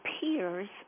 peers